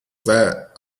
that